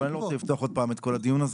אבל אני לא רוצה לפתוח עוד פעם את כל הדיון הזה.